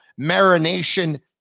marination